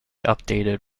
updated